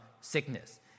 sickness